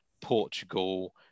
Portugal